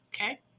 Okay